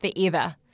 forever